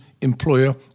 employer